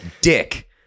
dick